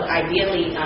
ideally